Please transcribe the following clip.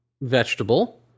vegetable